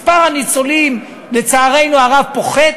מספר הניצולים, לצערנו הרב, פוחת,